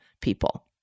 people